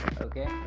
okay